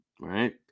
right